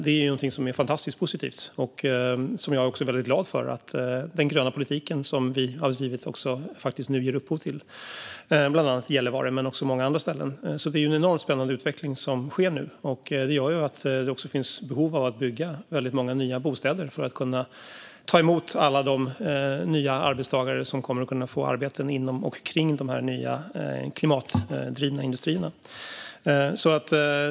Det är någonting som är fantastiskt positivt, och jag är väldigt glad för att den gröna politik som vi har drivit nu ger upphov till detta. Det gäller bland annat Gällivare men också många andra ställen. Det är en enormt spännande utveckling som sker nu, och den gör att det också finns behov av att bygga många nya bostäder för att kunna ta emot alla de nya arbetstagare som kommer att kunna få arbete inom och kring de nya klimatdrivna industrierna.